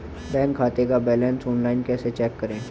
Bank खाते का balance online कैसे चेक करें?